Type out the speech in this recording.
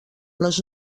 les